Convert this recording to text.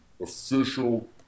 official